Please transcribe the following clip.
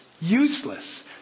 useless